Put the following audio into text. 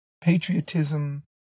patriotism